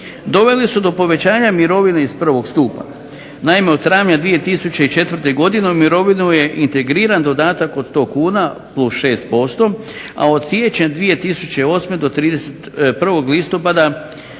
dovele su do povećavanja mirovine iz prvog stupa. Naime, od travnja 2004. godine u mirovinu je integriran dodatak od 100 kuna plus 6%, a od siječnja 2008. do 31. listopada